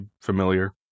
familiar